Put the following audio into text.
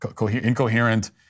incoherent